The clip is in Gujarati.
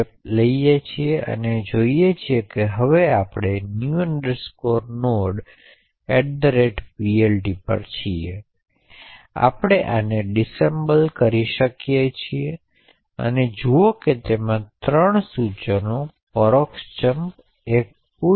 તેથી થ્રેશોલ્ડ મૂલ્ય દીઠ પ્રોસેસર ધોરણે અથવા સિસ્ટમને આધારે પસંદ કરવું જોઈએ અને તે ખૂબ સચોટ હોવાની જરૂર નથી